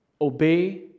obey